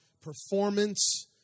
performance